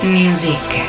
music